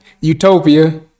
utopia